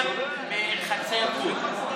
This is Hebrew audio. דעתי לא נוחה מהשבר בחצר גור.